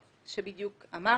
זה מה שבדיוק אמרנו.